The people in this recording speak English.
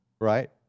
right